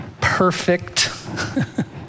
perfect